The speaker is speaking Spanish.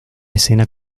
escena